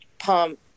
pump